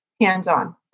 hands-on